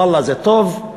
ואללה, זה טוב,